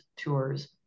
tours